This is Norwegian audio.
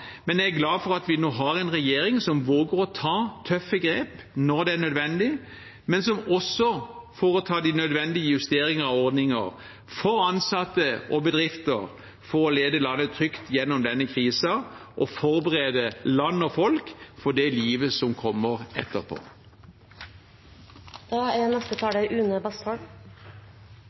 Jeg er glad for at vi nå har en regjering som våger å ta tøffe grep når det er nødvendig, men som også foretar de nødvendige justeringer av ordninger for ansatte og bedrifter for å lede landet trygt gjennom denne krisen og forberede land og folk på det livet som kommer